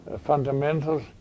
fundamentals